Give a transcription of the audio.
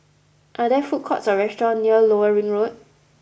are there food courts or restaurants near Lower Ring Road